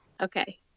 Okay